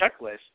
checklist